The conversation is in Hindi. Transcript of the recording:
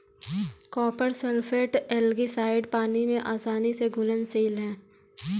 कॉपर सल्फेट एल्गीसाइड पानी में आसानी से घुलनशील है